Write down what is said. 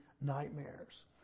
nightmares